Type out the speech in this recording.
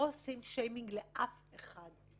לא עושים שיימינג לאף אחד.